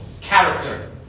character